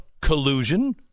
collusion